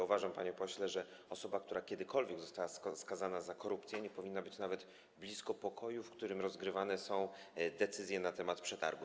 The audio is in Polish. Uważam, panie pośle, że osoba, która kiedykolwiek została skazana za korupcję, nie powinna być nawet blisko pokoju, w którym podejmowane są decyzje na temat przetargów.